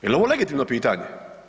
Jel ovo legitimno pitanje?